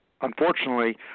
unfortunately